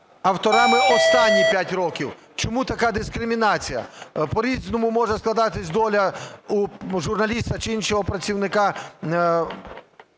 авторами останні 5 років. Чому така дискримінація? По-різному може складатись доля у журналіста чи іншого представника